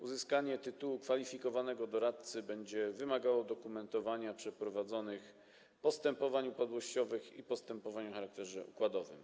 Uzyskanie tytułu kwalifikowanego doradcy będzie wymagało dokumentowania przeprowadzonych postępowań upadłościowych i postępowań o charakterze układowym.